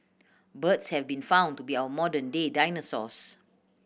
birds have been found to be our modern day dinosaurs